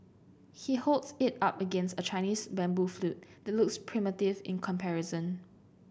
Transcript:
he holds it up against a Chinese bamboo flute the looks primitive in comparison